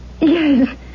Yes